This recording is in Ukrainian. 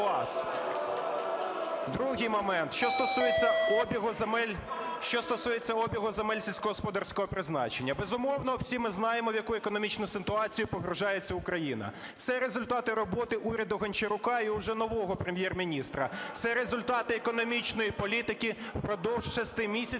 Другий момент: що стосується обігу земель сільськогосподарського призначення. Безумовно, всі ми знаємо, в яку економічну ситуацію погружається Україна. Це результати роботи уряду Гончарука і уже нового Прем'єр-міністра, це результати економічної політики впродовж 6 місяців